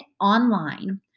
Online